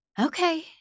Okay